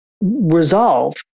resolve